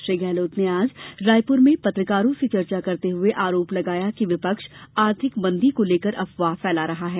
श्री गहलोत ने आज रायपुर में पत्रकारों से चर्चा करते हुए आरोप लगाया कि विपक्ष आर्थिक मंदी को लेकर अफवाह फैला रहा है